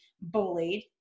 bullied